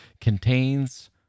contains